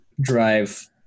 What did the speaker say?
drive